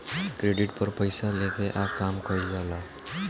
credit पर पइसा लेके आ काम कइल जाला